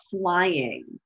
flying